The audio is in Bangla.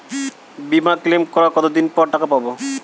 বিমা ক্লেম করার কতদিন পর টাকা পাব?